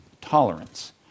tolerance